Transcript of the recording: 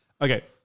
Okay